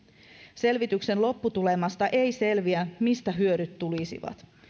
selvityksen lopputulemasta ei selviä mistä hyödyt tulisivat